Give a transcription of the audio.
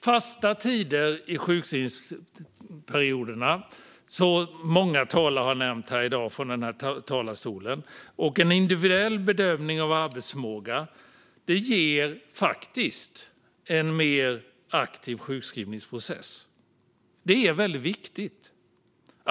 Fasta tider under sjukskrivningsperioderna, som många talare har nämnt här i dag, och en individuell bedömning av arbetsförmåga ger faktiskt en mer aktiv sjukskrivningsprocess. Det är väldigt viktigt.